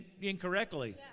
incorrectly